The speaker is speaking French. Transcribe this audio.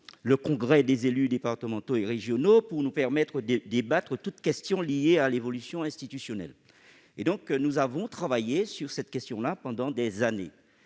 le congrès des élus départementaux et régionaux pour nous permettre de débattre de toute question liée à l'évolution institutionnelle. Nous avons travaillé sur ce point pendant des années,